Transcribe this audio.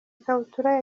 ikabutura